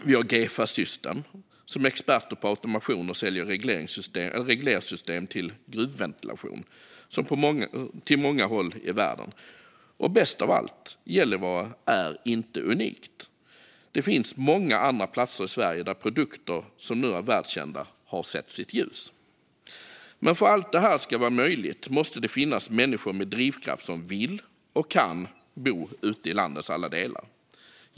Vi har Gefa System, som är experter på automation och som säljer reglersystem till gruvventilation på många håll i världen. Bäst av allt är att Gällivare inte är unikt. Det finns många andra platser i Sverige där produkter som nu är världskända har sett dagens ljus. För att allt detta ska vara möjligt måste det dock finnas människor med drivkraft som vill och kan bo ute i landets alla delar.